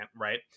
right